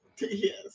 yes